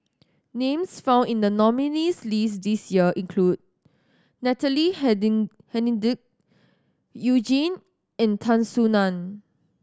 names found in the nominees' list this year include Natalie Hennedige You Jin and Tan Soo Nan